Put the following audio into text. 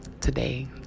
Today